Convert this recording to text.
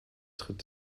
tritt